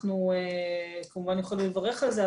אנחנו כמובן יכולים לברך על זה,